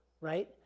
right